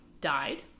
died